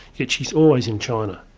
yet she's always in china,